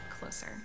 closer